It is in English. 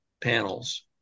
panels